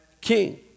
king